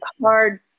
hard